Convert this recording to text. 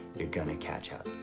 you're gonna catch up.